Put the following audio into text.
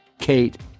Kate